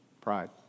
Pride